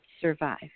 survive